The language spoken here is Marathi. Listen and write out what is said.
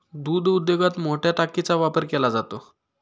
दूध उद्योगात मोठया टाकीचा वापर केला जातो